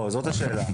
זוהי השאלה.